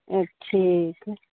अ ठीक